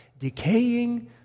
decaying